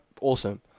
Awesome